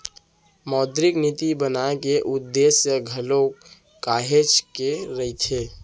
मौद्रिक नीति बनाए के उद्देश्य घलोक काहेच के रहिथे